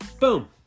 boom